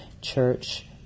church